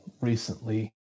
recently